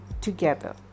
together